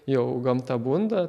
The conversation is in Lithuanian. jau gamta bunda